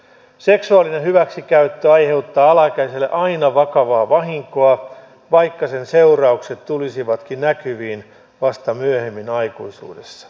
seksuaalinen hyväksikäyttö aiheuttaa alaikäiselle aina vakavaa vahinkoa vaikka sen seuraukset tulisivatkin näkyviin vasta myöhemmin aikuisuudessa